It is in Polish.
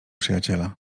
przyjaciela